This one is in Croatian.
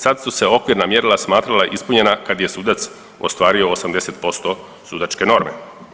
Sad su se okvirna mjerila smatrala ispunjena kad je sudac ostvario 80% sudačke norme.